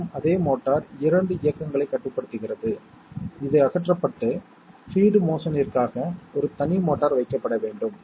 முதலாவதாக சிக்னல் 1 ஆக இருக்க வேண்டிய 3 நிகழ்வுகளை நாம் சுட்டிக்காட்டியுள்ளோம் இந்த 3 நிகழ்வுகளில் அவுட்புட் சிக்னல் 1 ஆக இருக்க வேண்டும்